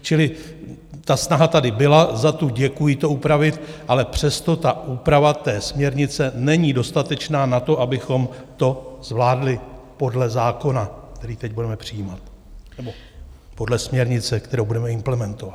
Čili ta snaha tady byla, za tu děkuji, to upravit, ale přesto úprava směrnice není dostatečná na to, abychom to zvládli podle zákona, který teď budeme přijímat, nebo podle směrnice, kterou budeme implementovat.